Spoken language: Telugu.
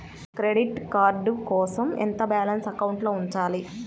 క్రెడిట్ కార్డ్ కోసం ఎంత బాలన్స్ అకౌంట్లో ఉంచాలి?